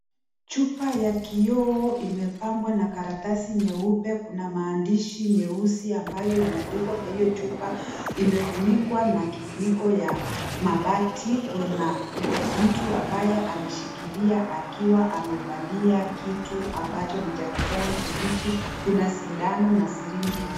Chupa ya kioo imepambwa na karatasi nyeupe kuna maandishi nyeusi ambayo imeandikwa kwa hiyo chupa imefunikwa na kifuniko ya mabati kuna mtu ambaye ameshikilia akiwa amevalia kitu ambacho ni cha kijani kibichi kuna sindano na sirinji.